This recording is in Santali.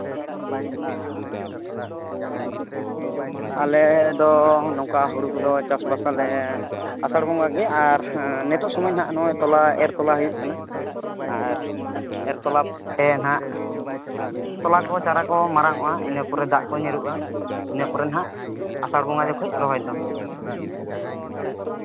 ᱟᱞᱮ ᱫᱚ ᱱᱚᱝᱠᱟ ᱦᱩᱲᱩ ᱠᱚᱫᱚ ᱪᱟᱥᱵᱟᱥᱟᱞᱮ ᱟᱥᱟᱲ ᱵᱚᱸᱜᱟ ᱜᱮ ᱟᱨ ᱱᱤᱛᱳᱜ ᱥᱚᱢᱚᱭ ᱱᱟᱜ ᱱᱚᱜᱼᱚᱭ ᱛᱚᱞᱟ ᱮᱨ ᱛᱚᱞᱟᱭ ᱦᱩᱭᱩᱜ ᱠᱟᱱᱟ ᱟᱨ ᱮᱨ ᱛᱚᱞᱟ ᱯᱚᱨᱮ ᱱᱟᱜ ᱛᱚᱞᱟ ᱠᱚ ᱪᱟᱨᱟ ᱠᱚ ᱢᱟᱨᱟᱝᱚᱜᱼᱟ ᱤᱱᱟᱹ ᱯᱚᱨᱮ ᱫᱟᱜ ᱠᱚ ᱧᱩᱨᱩᱜᱼᱟ ᱤᱱᱟᱹ ᱯᱚᱨᱮ ᱱᱟᱜ ᱟᱥᱟᱲ ᱵᱚᱸᱜᱟ ᱡᱚᱠᱷᱚᱡ ᱨᱚᱦᱚᱭ ᱫᱚ